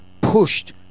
pushed